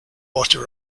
water